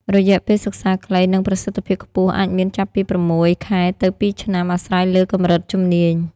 រយៈពេលសិក្សាខ្លី និងប្រសិទ្ធភាពខ្ពស់អាចមានចាប់ពី ៦ ខែទៅ ២ ឆ្នាំ អាស្រ័យលើកម្រិតជំនាញ។